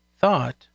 thought